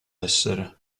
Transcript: essere